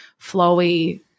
flowy